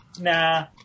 Nah